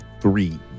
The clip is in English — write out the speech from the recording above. three